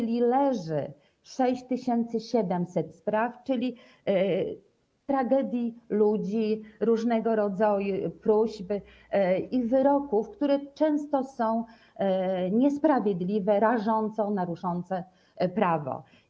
A więc leży 6700 spraw, czyli przypadków tragedii ludzi, różnego rodzaju próśb, ich wyroków, które często są niesprawiedliwe, rażąco naruszające prawo.